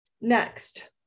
Next